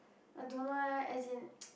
I don't know eh as in